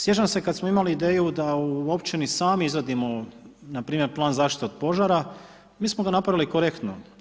Sjećam se kad smo imali ideju da u općini sami izradimo npr. plan zaštite od požara, mi smo ga napravili korektno.